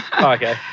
okay